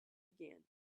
again